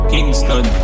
Kingston